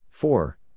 four